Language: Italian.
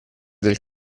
del